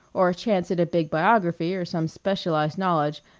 or a chance at a big biography, or some specialized knowledge,